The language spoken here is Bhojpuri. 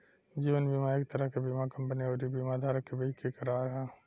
जीवन बीमा एक तरह के बीमा कंपनी अउरी बीमा धारक के बीच के करार ह